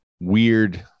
weird